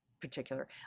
particular